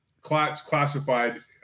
classified